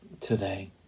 today